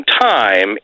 time